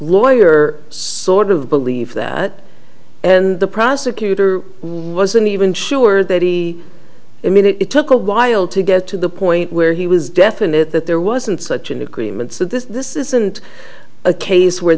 lawyer sort of believe that and the prosecutor wasn't even sure that he i mean it took a while to get to the point where he was definite that there wasn't such an agreement so this isn't a case where